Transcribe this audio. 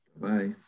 Bye